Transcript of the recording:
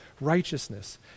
righteousness